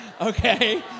Okay